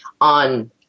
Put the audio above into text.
on